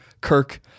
Kirk